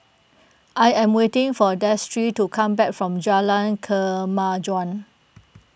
I am waiting for Destry to come back from Jalan Kemajuan